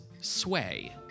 Sway